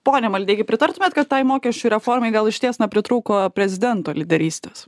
pone maldeikį pritartumėt kad tai mokesčių reformai gal išties na pritrūko prezidento lyderystės